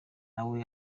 nawe